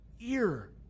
ear